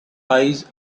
eyes